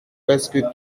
presque